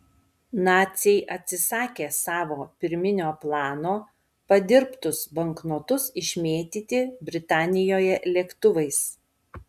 naciai atsisakė savo pirminio plano padirbtus banknotus išmėtyti britanijoje lėktuvais